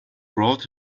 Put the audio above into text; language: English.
brought